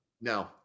no